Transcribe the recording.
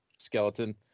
Skeleton